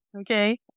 Okay